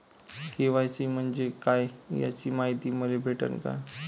KYC म्हंजे काय याची मायती मले भेटन का?